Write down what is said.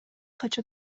кача